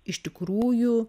iš tikrųjų